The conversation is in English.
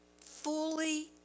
fully